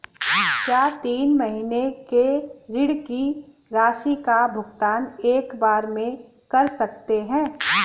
क्या तीन महीने के ऋण की राशि का भुगतान एक बार में कर सकते हैं?